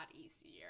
easier